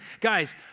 guys